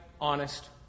honest